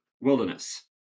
wilderness